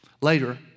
later